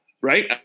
right